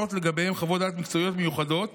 לגביהם חוות דעת מקצועיות מיוחדות